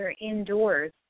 indoors